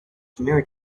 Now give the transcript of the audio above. married